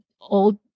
old